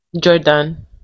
Jordan